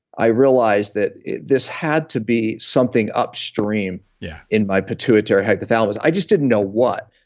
i realized that this had to be something upstream yeah in my pituitary hypothalamus. i just didn't know what,